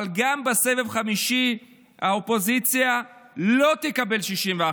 אבל גם בסבב החמישי האופוזיציה לא תקבל 61,